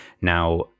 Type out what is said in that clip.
now